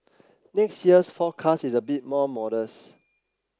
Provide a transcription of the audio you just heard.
next year's forecast is a bit more modest